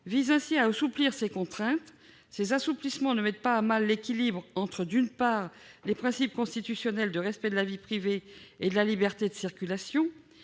vise donc à assouplir ces contraintes. Ces assouplissements ne mettent pas à mal l'équilibre entre, d'une part, les principes constitutionnels de respect de la vie privée et de liberté de circulation